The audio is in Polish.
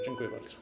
Dziękuję bardzo.